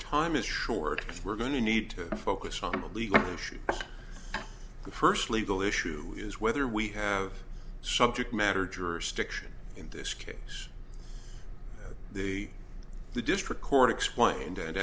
time is short we're going to need to focus on a legal issue the first legal issue is whether we have subject matter jurisdiction in this case the the district court explained